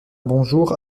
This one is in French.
bonjour